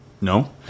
No